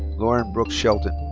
lauren brooke shelton.